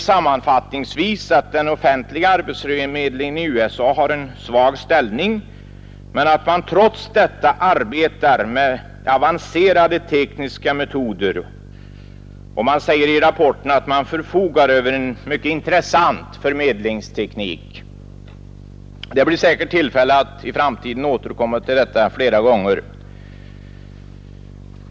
Sammanfattningsvis framhålles att den offentliga arbetsförmedlingen i USA har en svag ställning men att den arbetar med avancerade tekniska metoder. I rapporten nämns att man där förfogar över en mycket intressant förmedlingsteknik. Det blir säkerligen tillfälle att i framtiden återkomma flera gånger till detta.